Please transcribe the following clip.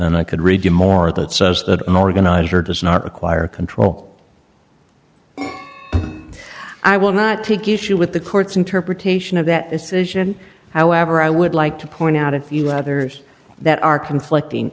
then i could read you more that says that an organizer does not require control i will not take issue with the court's interpretation of that this isn't however i would like to point out a few letters that are conflicting